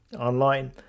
online